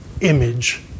image